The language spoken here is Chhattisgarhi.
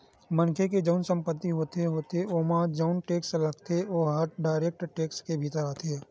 मनखे के जउन संपत्ति होथे होथे ओमा जउन टेक्स लगथे ओहा डायरेक्ट टेक्स के भीतर आथे